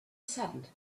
saddened